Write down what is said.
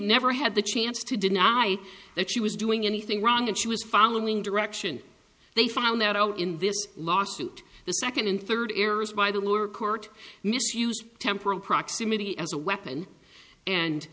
never had the chance to deny that she was doing anything wrong and she was following direction they found that all in this lawsuit the second and third errors by the lower court misused temporal proximity as a weapon and